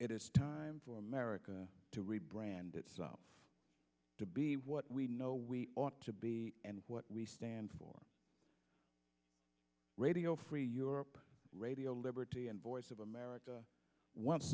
it is time for america to rebranded to be what we know we ought to be and what we stand for radio free europe radio liberty and voice of america once